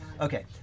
okay